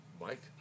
Mike